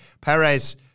Perez